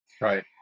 Right